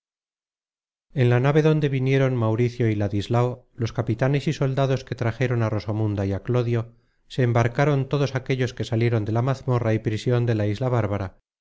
en la nave donde vinieron mauricio y ladislao los capitanes y soldados que trajeron á rosamunda y á clodio se embarcaron todos aquellos que salieron de la mazmorra y prision de la isla bárbara